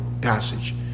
passage